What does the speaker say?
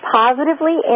positively